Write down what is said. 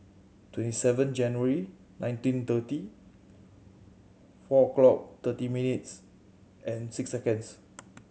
twenty seven January nineteen thirty four clock thirty minutes and six seconds